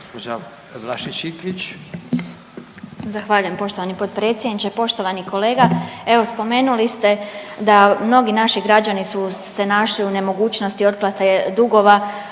Martina (SDP)** Zahvaljujem poštovani potpredsjedniče. Poštovani kolega evo spomenuli ste da mnogi naši građani su se našli u nemogućnosti otplate dugova